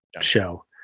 show